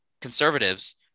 conservatives